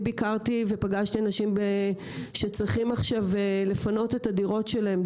ביקרתי ופגשתי אנשים שצריכים עכשיו לפנות את הדירות שלהם,